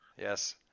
Yes